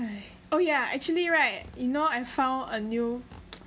!hais! oh yeah actually right you know I found a new